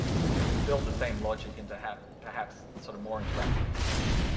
excuse me, build the same logic into, perhaps, perhaps, sort of more interactive experience.